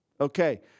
Okay